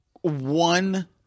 one